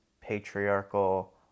patriarchal